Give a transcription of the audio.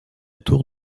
tour